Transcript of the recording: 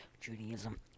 Judaism